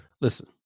Listen